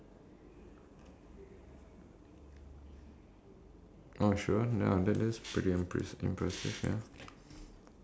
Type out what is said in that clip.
I see I see I see I see I mean it's still physical in some ways just um